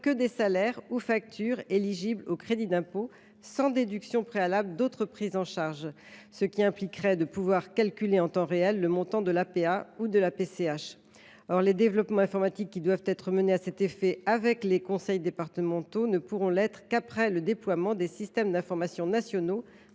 que des salaires ou factures éligibles au crédit d’impôt, sans déduction préalable d’autres prises en charge, ce qui impliquerait de pouvoir calculer en temps réel le montant de l’APA ou de la PCH. Or les développements informatiques qui doivent être réalisés à cet effet avec les conseils départementaux ne pourront l’être qu’après le déploiement des systèmes d’information nationaux